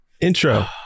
intro